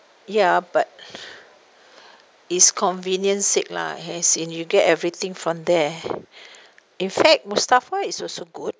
ya but it's convenience sake lah as in you get everything from there in fact mustafa is also good